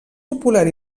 popular